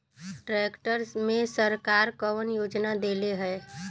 Tractor मे सरकार कवन योजना देले हैं?